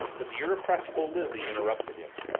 but the irrepressible lizzie interrupted him.